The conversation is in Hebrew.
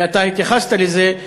ואתה התייחסת לזה,